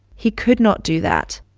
he could not do that